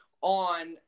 on